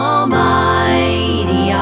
Almighty